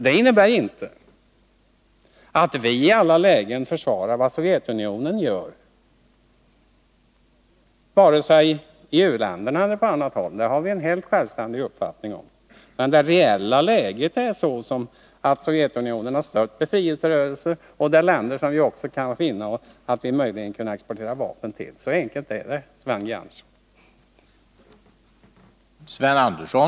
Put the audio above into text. Det innebär inte att vi i alla lägen försvarar vad Sovjetunionen gör, vare sig i u-länder eller på annat håll — det har vi en helt självständig uppfattning om. Det reella läget är att Sovjetunionen stött befrielserörelser i länder som vi också funnit att vi möjligen kan exportera vapen till. Så enkelt är det, Sven G. Andersson.